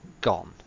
gone